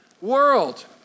world